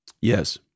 Yes